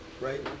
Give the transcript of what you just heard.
right